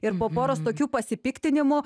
ir po poros tokių pasipiktinimų